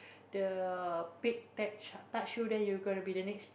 the pick tag touch you then you are going to be the next pick